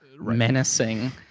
menacing